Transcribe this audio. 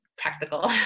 practical